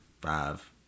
five